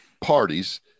parties